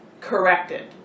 corrected